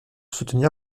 soutenir